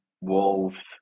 Wolves